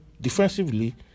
defensively